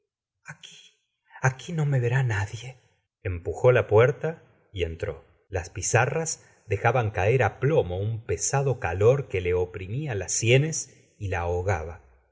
aqul aqui no me verá nadie empujó la puerta y entró las pizarras dejaban caer á plomo un pesado calor que le oprimía las sienes y la ahogaba